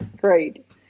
Great